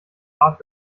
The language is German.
art